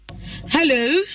Hello